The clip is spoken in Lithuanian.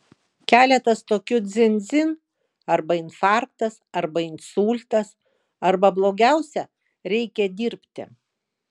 keletas tokių dzin dzin arba infarktas arba insultas arba blogiausia reikia dirbti